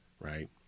right